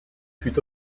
fut